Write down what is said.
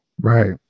Right